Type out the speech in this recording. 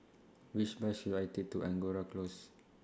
Which Bus should I Take to Angora Close